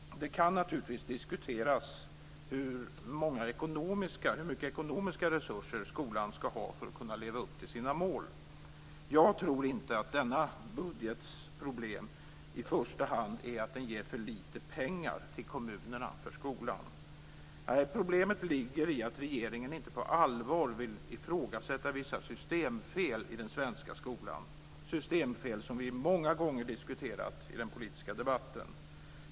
Det kan naturligtvis diskuteras hur mycket ekonomiska resurser skolan ska ha för att kunna leva upp till sina mål. Jag tror inte att denna budgets problem i första hand är att den ger för lite pengar till kommunerna för skolan. Problemet ligger i stället i att regeringen inte på allvar vill ifrågasätta vissa systemfel i den svenska skolan - systemfel som vi många gånger diskuterat i den politiska debatten.